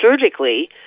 surgically